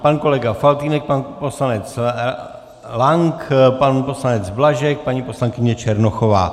Pan kolega Faltýnek, pan poslanec Lank, pan poslanec Blažek, paní poslankyně Černochová.